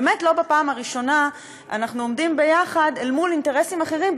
באמת לא בפעם הראשונה אנחנו עומדים ביחד אל מול אינטרסים אחרים,